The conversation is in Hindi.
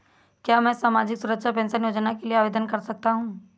क्या मैं सामाजिक सुरक्षा पेंशन योजना के लिए आवेदन कर सकता हूँ?